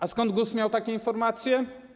A skąd GUS miał takie informacje?